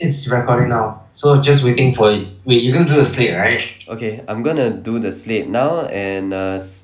it's recording now so just waiting for it wait you're going to do the slate right okay I'm gonna do the slate now and uh s~